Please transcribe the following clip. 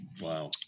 Wow